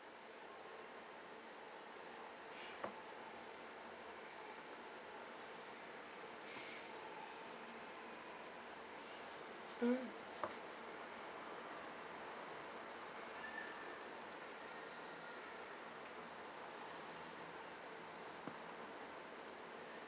mm